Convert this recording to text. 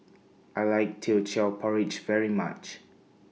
I like Teochew Porridge very much